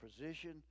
position